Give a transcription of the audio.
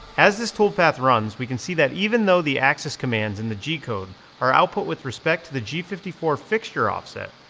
as this toolpath runs, we can see that even though the axis commands in the g-code are output with respect to the g fifty four fixture offset,